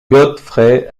godfrey